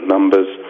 Numbers